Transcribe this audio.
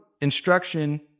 instruction